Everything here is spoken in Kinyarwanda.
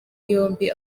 yombi